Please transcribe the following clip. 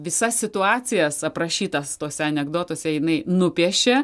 visas situacijas aprašytas tose anekdotuose jinai nupiešė